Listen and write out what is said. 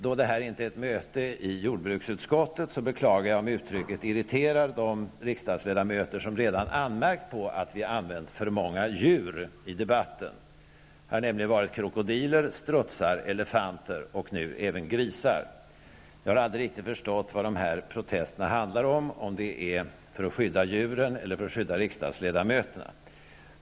Då detta inte är ett möte i jordbruksutskottet, beklagar jag om uttrycket irriterar de riksdagsledamöter som redan har anmärkt på att vi har använt för många djur i debatten. Det har nämligen förekommit krokodiler, strutsar, elefanter och nu även grisar. Jag har aldrig riktigt förstått vad protesterna handlar om, om det är för att skydda djuren eller om det är för att skydda riksdagsledamöterna.